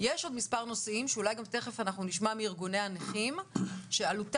יש עוד מספר נושאים שאולי תכף נשמע מארגוני הנכים שעלותם